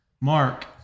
mark